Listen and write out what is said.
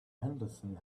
henderson